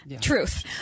Truth